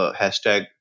hashtag